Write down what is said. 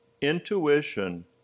intuition